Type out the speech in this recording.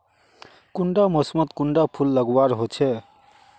कुंडा मोसमोत कुंडा फुल लगवार होछै?